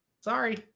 Sorry